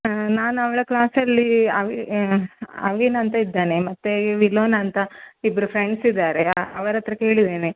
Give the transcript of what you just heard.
ಹಾಂ ನಾನು ಅವಳ ಕ್ಲಾಸಲ್ಲಿ ಅವಿ ಅವಿನ್ ಅಂತ ಇದ್ದಾನೆ ಮತ್ತು ವಿಲೋನ್ ಅಂತ ಇಬ್ಬರು ಫ್ರೆಂಡ್ಸ್ ಇದ್ದಾರೆ ಅವರ ಹತ್ರ ಕೇಳಿದ್ದೇನೆ